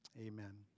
Amen